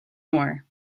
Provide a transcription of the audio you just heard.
moore